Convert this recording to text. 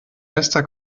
bester